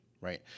right